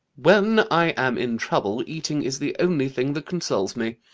when i am in trouble, eating is the only thing that consoles me.